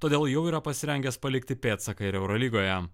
todėl jau yra pasirengęs palikti pėdsaką ir eurolygoje